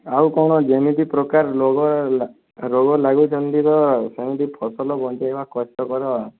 ଆଉ କ'ଣ ଯେମିତି ପ୍ରକାର ରୋଗ ଲା ରୋଗ ଲାଗୁଛନ୍ତି ତ ସେମିତି ଫସଲ ବଞ୍ଚାଇବା କଷ୍ଟ କର